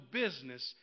business